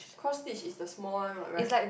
cross stitch is the small one what right